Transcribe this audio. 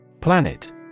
Planet